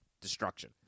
destruction